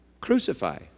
crucify